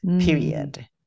period